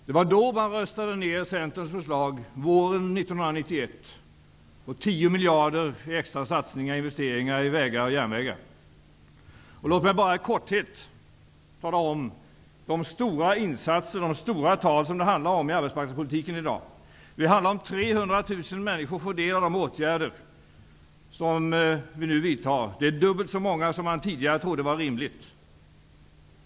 Det var på våren 1991 som man röstade ner Centerns förslag om 10 miljarder i extra satsningar för investeringar i vägar och järnvägar. Låt mig bara i korthet redogöra för de stora insatser och stora tal som det handlar om i dagens arbetsmarknadspolitik. Det handlar om att 300 000 människor får del av de åtgärder som vi nu vidtar. Det är dubbelt så många som man tidigare trodde var rimligt.